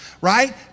right